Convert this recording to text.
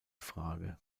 frage